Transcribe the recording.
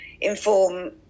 inform